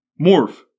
Morph